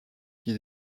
qui